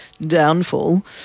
downfall